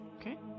Okay